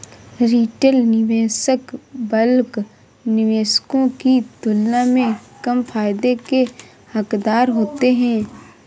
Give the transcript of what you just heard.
retail निवेशक bulk निवेशकों की तुलना में कम फायदे के हक़दार होते हैं